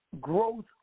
growth